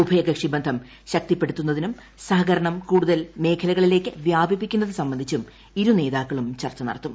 ഉഭയകക്ഷി ബന്ധം ശക്തിപ്പെടുത്തുന്നതിനും സഹകരണം കൂടുതൽ മേഖലകളിലേക്ക് വ്യാപിപ്പിക്കുന്നത് സംബന്ധിച്ചും ഇരുനേതാക്കളും ചർച്ച നടത്തും